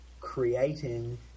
creating